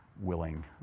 willing